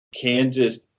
Kansas